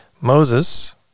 Moses